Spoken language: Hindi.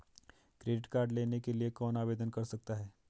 क्रेडिट कार्ड लेने के लिए कौन आवेदन कर सकता है?